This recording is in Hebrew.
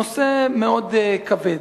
נושא מאוד כבד.